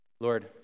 Lord